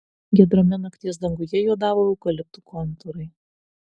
giedrame nakties danguje juodavo eukaliptų kontūrai